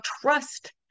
trust